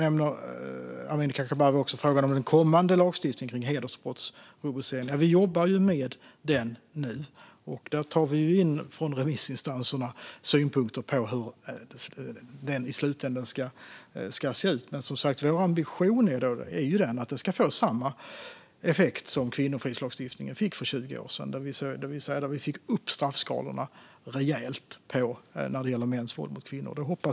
Amineh Kakabaveh nämner frågan om den kommande lagstiftningen med hedersbrottsrubricering. Vi jobbar med den nu. Där tar vi från remissinstanserna in synpunkter på hur den i slutändan ska se ut. Vår ambition är att den ska få samma effekt som kvinnofridslagstiftningen fick för 20 år sedan. Vi fick då upp straffskalorna rejält när det gäller mäns våld mot kvinnor.